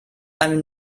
einem